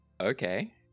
okay